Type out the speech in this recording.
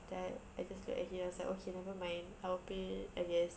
then I I just like he was like nevermind I will pay I guess